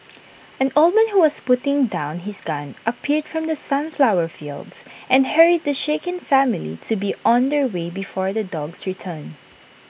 an old man who was putting down his gun appeared from the sunflower fields and hurried the shaken family to be on their way before the dogs return